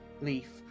leaf